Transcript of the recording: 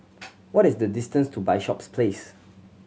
what is the distance to Bishops Place